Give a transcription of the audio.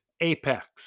apex